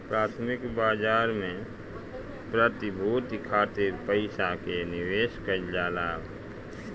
प्राथमिक बाजार में प्रतिभूति खातिर पईसा के निवेश कईल जाला